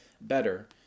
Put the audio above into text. better